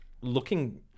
looking